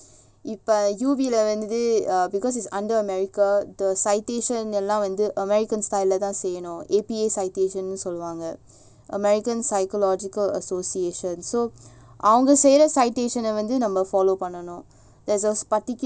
இப்ப:ippa up lah வந்து:vandhu because it's under america the citation எல்லாம்வந்து:ellam vandhu american style lah தான்செய்யணும்:than seyyanum A_P_A citation சொல்வாங்க:solvanga american psychology association so american அவங்கசெய்ற:avanga seira citation வந்துநம்ம:vandhu namma follow பண்ணனும்:pannanum there's a particular way lah